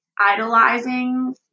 idolizing